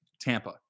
Tampa